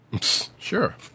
sure